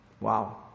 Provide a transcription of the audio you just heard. Wow